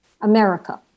America